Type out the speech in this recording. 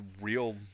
real